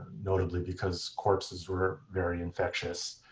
notably because corpses were very infectious.